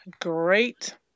great